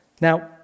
now